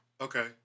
Okay